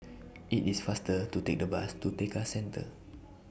IT IS faster to Take The Bus to Tekka Centre